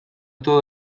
todo